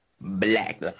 Black